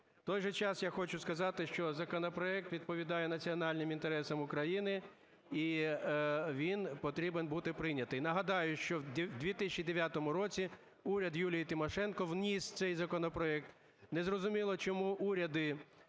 У той же час я хочу сказати, що законопроект відповідає національним інтересам України і він потрібен бути прийнятий. Нагадаю, що в 2009 році уряд Юлії Тимошенко вніс цей законопроект. Не зрозуміло, чому уряди